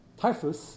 typhus